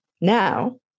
now